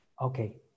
Okay